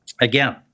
again